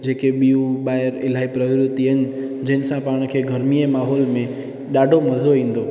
जेके ॿियूं ॿाहिरि प्रकृती अलाई जंहिंसां पाण खे गर्मीअ जे माहौल में ॾाढो मज़ो ईंदो